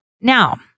Now